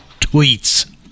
tweets